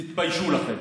תתביישו לכם.